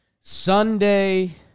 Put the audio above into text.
Sunday